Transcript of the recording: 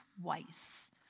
twice